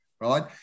right